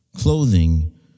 clothing